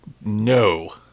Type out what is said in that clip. No